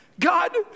God